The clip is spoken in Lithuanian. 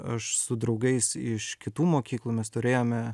aš su draugais iš kitų mokyklų mes turėjome